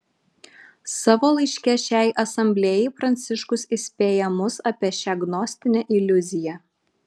savo laiške šiai asamblėjai pranciškus įspėja mus apie šią gnostinę iliuziją